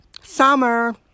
summer